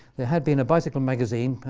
there had been a bicycle magazine,